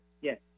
Yes